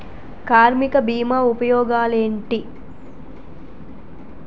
కార్మిక బీమా ఉపయోగాలేంటి?